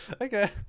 Okay